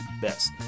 best